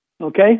Okay